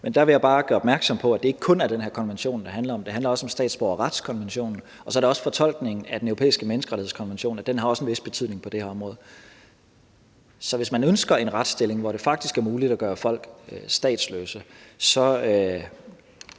Men der vil jeg bare gøre opmærksom på, at det ikke kun er den her konvention, det handler om, for det handler også om statsborgerretskonventionen, og så er det også fortolkningen af Den Europæiske Menneskerettighedskonvention, og den har også en vis betydning på det her område. Så hvis man ønsker en retsstilling, hvor det faktisk er muligt at gøre folk statsløse, så